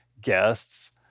guests